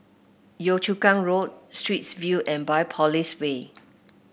Yio Chu Kang Road Straits View and Biopolis Way